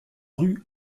rue